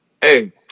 Hey